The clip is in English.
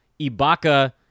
Ibaka